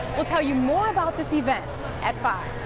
we'll tell you more about this event at five